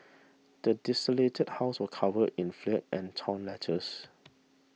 the desolated house was covered in filth and torn letters